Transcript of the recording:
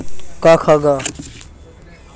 समुद्रत चार खन मछ्ली पकड़वार नाव लापता हई गेले